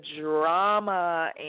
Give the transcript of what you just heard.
drama